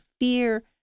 fear